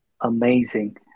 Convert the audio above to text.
Amazing